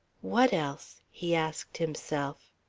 what else? he asked himself.